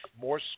more